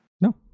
No